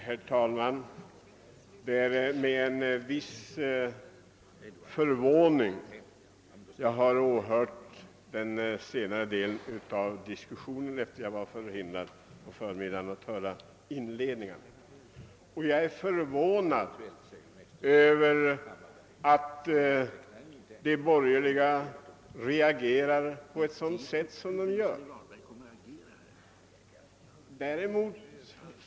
Herr talman! Det är med en viss förvåning jag har åhört senare delen av diskussionen. Jag var på förmiddagen förhindrad att höra inledningen. Jag är förvånad över att de borgerliga reagerar på det sätt de gör.